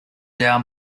down